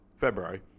February